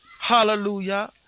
Hallelujah